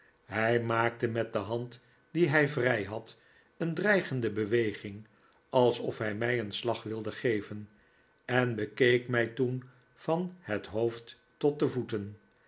hij maakte met de hand die hij vrij had een dreigende beweging alsof hij mij een slag wilde geven en bekeek mij toen van het hoofd tot de voeten